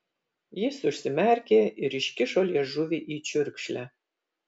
jis užsimerkė ir iškišo liežuvį į čiurkšlę